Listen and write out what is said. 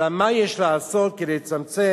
אלא מה יש לעשות כדי לצמצם